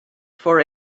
for